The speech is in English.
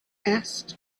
asked